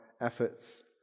efforts